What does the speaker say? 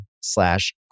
slash